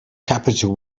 capital